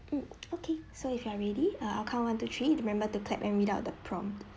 mm okay so if you are ready err I'll count one two three remember to clap and read out the prompt